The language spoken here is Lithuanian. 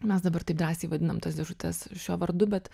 mes dabar taip drąsiai vadinam tas dėžutes šiuo vardu bet